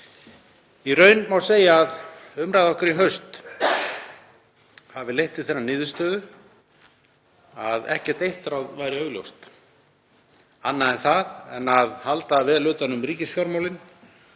Í raun má segja að umræða okkar í haust hafi leitt til þeirrar niðurstöðu að ekkert eitt ráð væri augljóst annað en að halda vel utan um ríkisfjármálin